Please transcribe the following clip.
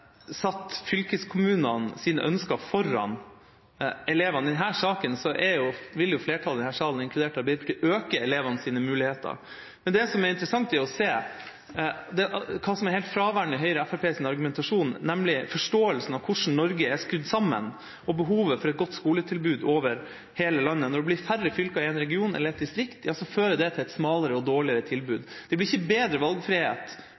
satt fylkeskommunenes ønsker foran elevene. I denne saken vil flertallet i denne salen, inkludert Arbeiderpartiet, øke elevenes muligheter. Men det som er interessant, er å se hva som er helt fraværende i Høyre og Fremskrittspartiets argumentasjon, nemlig forståelsen av hvordan Norge er skrudd sammen, og behovet for et godt skoletilbud over hele landet. Når det blir færre elever i en region eller et distrikt, fører det til et smalere og dårligere tilbud. Det blir ikke bedre valgfrihet